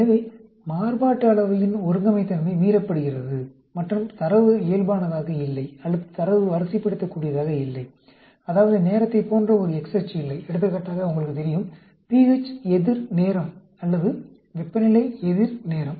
எனவே மாறுபாட்டு அளவையின் ஒருங்கமைத்தன்மை மீறப்படுகிறது மற்றும் தரவு இயல்பானதாக இல்லை அல்லது தரவு வரிசைப்படுத்தக்கூடியதாக இல்லை அதாவது நேரத்தைப் போன்ற ஒரு x அச்சு இல்லை எடுத்துக்காட்டாக உங்களுக்குத் தெரியும் pH எதிர் நேரம் அல்லது வெப்பநிலை எதிர் நேரம்